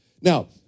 Now